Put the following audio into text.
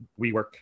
WeWork